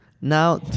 now